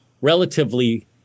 relatively